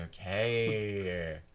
Okay